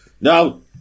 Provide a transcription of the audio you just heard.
No